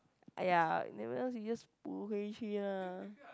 !aiya! then what else you just 不回去 lah